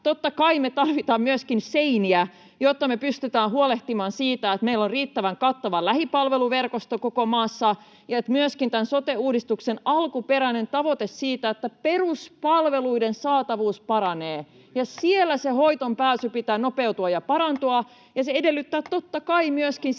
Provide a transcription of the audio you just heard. Totta kai me tarvitaan myöskin seiniä, jotta me pystytään huolehtimaan siitä, että meillä on riittävän kattava lähipalveluverkosto koko maassa ja että myöskin tämän sote-uudistuksen alkuperäinen tavoite siitä, että peruspalveluiden saatavuus paranee, toteutuu. Siellä sen hoitoonpääsyn pitää nopeutua ja parantua, [Petri Honkonen: Juuri